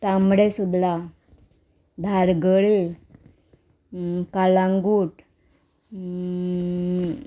Tambdi Surla Dhargal Calangute